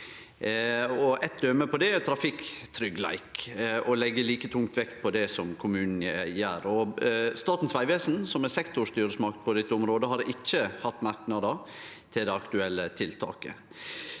Eit døme på det er trafikktryggleik, å leggje like tungt vekt på det som kommunen gjer. Statens vegvesen, som er sektorstyresmakt på dette området, hadde ikkje hatt merknader til det aktuelle tiltaket.